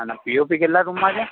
અને પીઓપી કેટલાં રૂમમાં છે